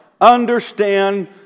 understand